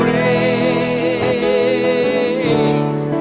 a